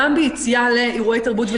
לגבי אירועי תרבות עם